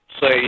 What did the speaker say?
say